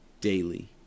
daily